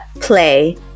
play